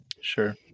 Sure